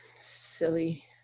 Silly